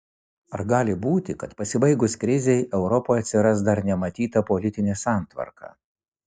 ar gali būti kad pasibaigus krizei europoje atsiras dar nematyta politinė santvarka